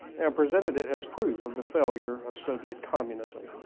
and presented it as proof of the failure of soviet communism,